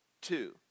two